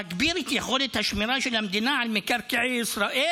להגביר את יכולת השמירה של המדינה על מקרקעי ישראל